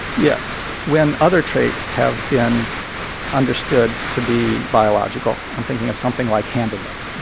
yes. when other traits have been understood to be biological i'm thinking of something like handedness. you